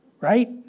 Right